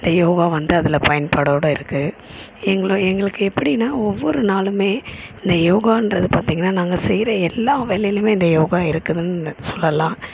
இந்த யோகா வந்து அதில் பயன்பாடோட இருக்கு எங்களை எங்களுக்கு எப்படின்னா ஒவ்வொரு நாளுமே இந்த யோகான்றது பார்த்தீங்கன்னா நாங்கள் செய்யற எல்லா வேலையிலையுமே இந்த யோகா இருக்குதுன்னு சொல்லலாம்